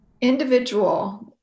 individual